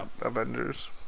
Avengers